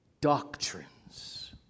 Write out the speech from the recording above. doctrines